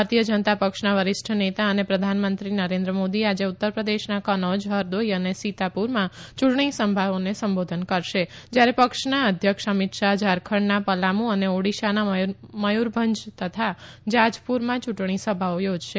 ભારતીય જનતા પક્ષના વરિષ્ઠ નેતા અને પ્રધાનમંત્રી નરેન્દ્ર મોદી આજે ઉત્તર પ્રદેશના કનોજ હરદોઈ અને સીતાપુરમાં યુંટણી સભાઓને સંબોધશે જયારે પક્ષના અધ્યક્ષ અમિત શાહ જારખંડના પલામુ અને ઓડીશાના મયુરભંજ તથા જાજપુરમાં યુંટણી સભાઓ યોજશે